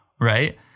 right